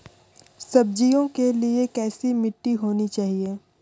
सब्जियों के लिए कैसी मिट्टी होनी चाहिए?